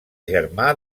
germà